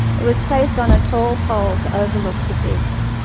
it was placed on a tall pole to overlook the feast.